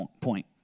point